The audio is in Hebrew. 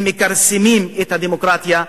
מכרסמים בדמוקרטיה,